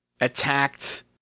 attacked